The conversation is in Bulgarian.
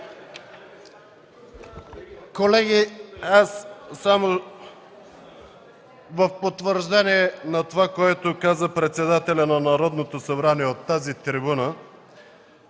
Колеги, в потвърждение на това, което каза председателят на Народното събрание от тази трибуна